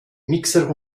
mixer